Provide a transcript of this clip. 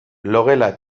logela